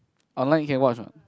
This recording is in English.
online can watch a not